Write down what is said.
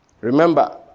Remember